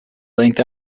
length